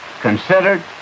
considered